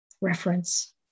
reference